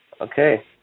Okay